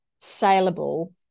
saleable